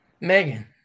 Megan